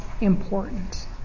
important